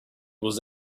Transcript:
was